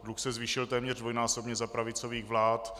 Dluh se zvýšil téměř dvojnásobně za pravicových vlád.